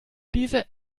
diese